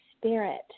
spirit